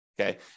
Okay